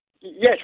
Yes